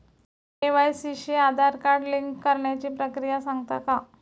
KYC शी Aadhaar card link करण्याची प्रक्रिया सांगता का?